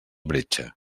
bretxa